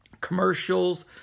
commercials